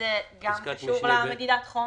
זה גם קשור למדידת חום.